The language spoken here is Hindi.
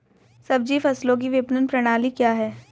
सब्जी फसलों की विपणन प्रणाली क्या है?